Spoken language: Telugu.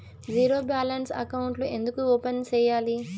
జీరో బ్యాలెన్స్ అకౌంట్లు ఎందుకు ఓపెన్ సేయాలి